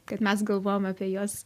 kad mes galvojam apie juos